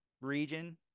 region